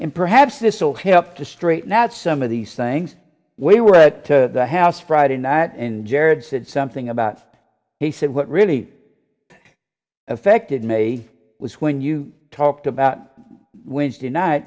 and perhaps this will help to straighten out some of these things we were the house friday night and jared said something about he said what really affected me was when you talked about wednesday night